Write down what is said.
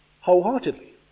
wholeheartedly